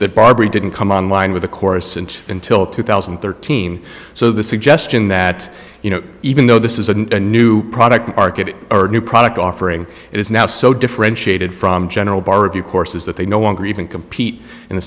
that barbara didn't come on line with the course and until two thousand and thirteen so the suggestion that you know even though this isn't a new product market or new product offering is now so differentiated from general bar review courses that they no longer even compete in the